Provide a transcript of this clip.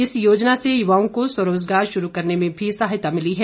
इस योजना से युवाओं को स्वरोजगार शुरू करने में भी सहायता मिली है